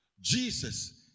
Jesus